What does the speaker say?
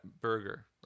burger